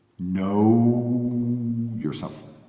know yourself,